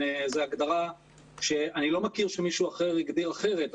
זה הגדרה שאני לא מכיר שמישהו אחר הגדיר אחרת,